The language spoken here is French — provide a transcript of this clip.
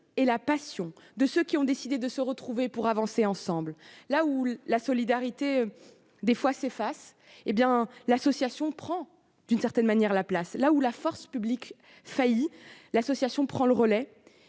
et la passion de ceux qui ont décidé de se retrouver pour avancer ensemble. Là où la solidarité peut parfois s'effacer, l'association prend la place ; là où la force publique faillit, l'association prend le relais.